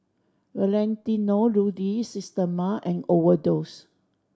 Valentino Rudy Systema and Overdose